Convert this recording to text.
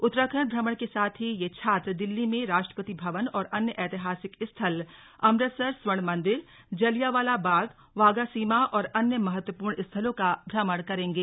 उत्तराखण्ड भ्रमण के साथ ही यह छात्र दिल्ली में राष्ट्रपति भवन और अन्य ऐतिहासिक स्थल अमृतसर स्वर्ण मंदिर जलियावाला बाग वाघा सीमा और अन्य महत्वपूर्ण स्थलों का भ्रमण करेंगे